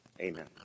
amen